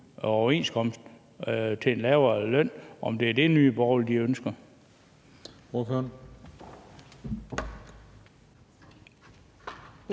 overenskomst til en lavere løn, og om det er det, Nye Borgerlige ønsker.